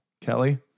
Kelly